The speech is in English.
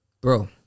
Bro